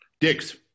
Dicks